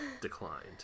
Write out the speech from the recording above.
declined